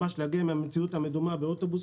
ממש להגיע עם המציאות המדומה באוטובוס,